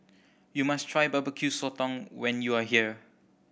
you must try Barbecue Sotong when you are here